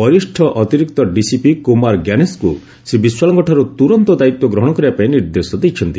ବରିଷ୍ଣ ଅତିରିକ୍ତ ଡିସିପି କୁମାର ଜ୍ଞାନେଶଙ୍କୁ ଶ୍ରୀ ବିଶ୍ୱାଳଙ୍କଠାରୁ ତୁରନ୍ତ ଦାୟିତ୍ୱ ଗ୍ରହଣ କରିବା ପାଇଁ ନିର୍ଦ୍ଦେଶ ଦେଇଛନ୍ତି